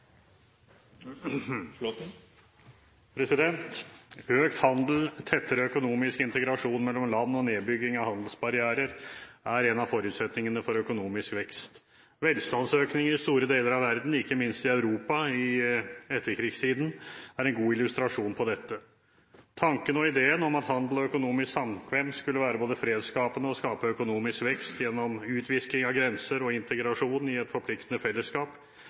vedtatt. Økt handel, tettere økonomisk integrasjon mellom land og nedbygging av handelsbarrierer er noen av forutsetningene for økonomisk vekst. Velstandsøkning i store deler av verden, ikke minst i Europa i etterkrigstiden, er en god illustrasjon på dette. Tanken og ideen om at handel og økonomisk samkvem skulle være både fredsskapende og skape økonomisk vekst gjennom utvisking av grenser og integrasjon i et forpliktende fellesskap,